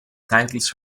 titles